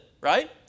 right